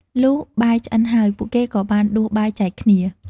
លុះបាយឆ្អិនហើយ ពួកគេក៏បានដួសបាយចែកគ្នា។